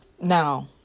Now